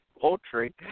poultry